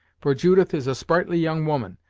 for judith is a sprightly young woman,